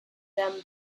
them